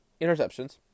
interceptions